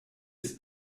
ist